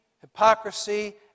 hypocrisy